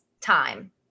time